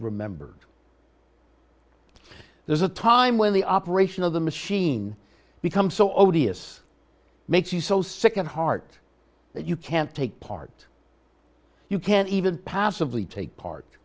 remembered there's a time when the operation of the machine becomes so odious makes you so sick at heart that you can't take part you can't even passively take part